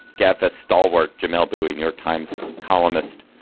gabfests stalwart. jamelle bouie, new york times columnist.